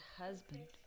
husband